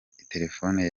telefone